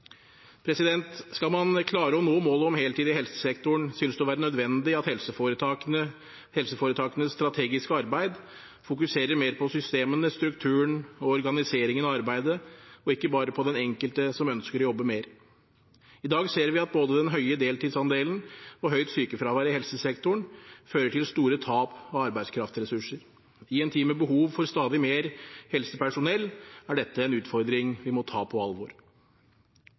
Skal man klare å nå målet om heltid i helsesektoren, synes det å være nødvendig at helseforetakenes strategiske arbeid fokuserer mer på systemene, strukturen og organiseringen av arbeidet og ikke bare på den enkelte som ønsker å jobbe mer. I dag ser vi at både den høye deltidsandelen og høyt sykefravær i helsesektoren fører til store tap av arbeidskraftressurser. I en tid med behov for stadig mer helsepersonell er dette en utfordring vi må ta på alvor.